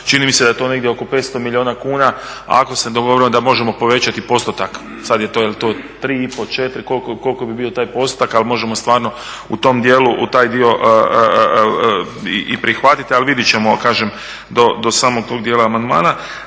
čini mi se da je to negdje oko 500 milijuna kuna, ako se dogovorimo da možemo povećati postotak. Sada je to, je li to 3,5, 4, koliki bi bio taj postotak ali možemo stvarno u tom dijelu, u taj dio i prihvatiti. Ali vidjeti ćemo, kažem do samog tog dijela amandmana.